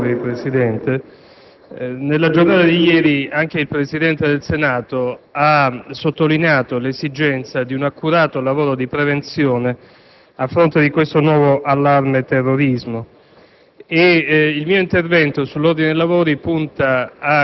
*(AN)*. Signor Presidente, nella giornata di ieri il Presidente del Senato ha sottolineato l'esigenza di un accurato lavoro di prevenzione a fronte del nuovo allarme terrorismo.